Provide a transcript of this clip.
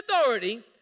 authority